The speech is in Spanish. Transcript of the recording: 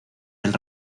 del